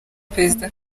perezida